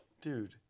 Dude